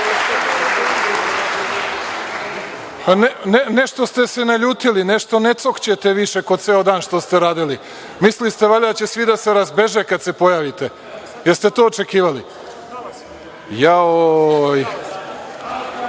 toga. Nešto ste se naljutili. Nešto ne cokćete više ko ceo dan što ste radili. Mislili ste valjda da će svi da se razbeže kad se pojavite. Jeste li to očekivali?